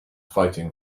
fighting